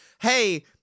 Hey